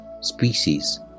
species